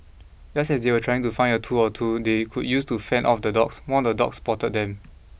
just as they were trying to find a tool or two they could use to fend off the dogs one of the dogs spotted them